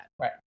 Right